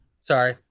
sorry